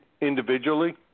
individually